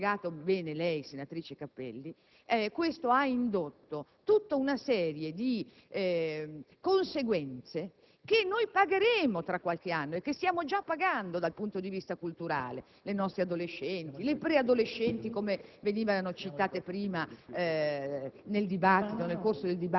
Infatti, come ha spiegato bene la senatrice Capelli, ciò ha indotto una serie di conseguenze che pagheremo tra qualche anno e che stiamo già pagando dal punto di vista culturale: le nostre adolescenti e le preadolescenti, che venivano citate prima nel